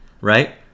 right